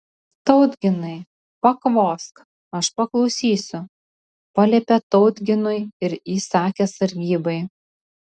tautginai pakvosk aš paklausysiu paliepė tautginui ir įsakė sargybai